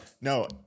no